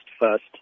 first